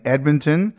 Edmonton